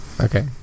Okay